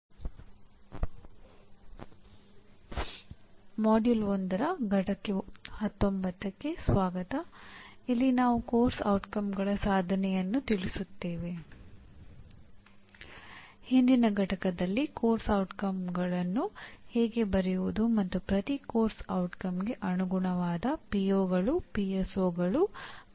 ನಾಲ್ಕನೆಯ ಯೂನಿಟ್ನಲ್ಲಿ ನಾವು ನೋಡುವ ವಿಷಯ ಕಲಿಕೆ ಅಂದಾಜುವಿಕೆ ಮತ್ತು ಬೋಧನೆಗೆ ಸಂಬಂಧಿಸಿದೆ